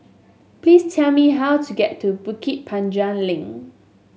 please tell me how to get to Bukit Panjang Link